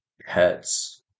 pets